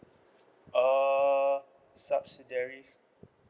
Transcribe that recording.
uh subsidiaries